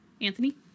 Anthony